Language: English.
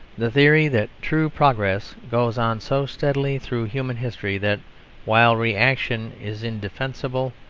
the theory that true progress goes on so steadily through human history, that while reaction is indefensible,